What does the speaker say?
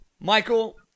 Michael